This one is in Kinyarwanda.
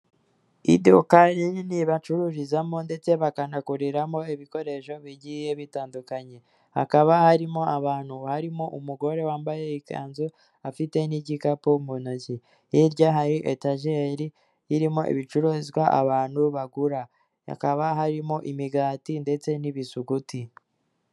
Iduka rinini bacururizamo ndetse bakanaguriramo ibikoresho bigiye bitandukanye hakaba harimo abantu harimo umugore wambaye ikanzu afite n'igikapu mu ntoki hirya hari etajeri irimo ibicuruzwa abantu bagura hakaba harimo imigati ndetse n'ibisuguti.